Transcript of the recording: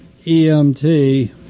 EMT